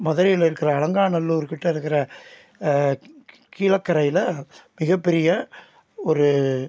மதுரையில் இருக்கிற அலங்காநல்லூர்க்கிட்ட இருக்கிற கீழக்கரையில் மிகப்பெரிய ஒரு